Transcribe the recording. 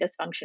dysfunction